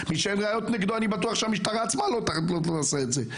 מי שאין ראיות נגדו אני בטוח שהמשטרה עצמה לא תעשה את זה.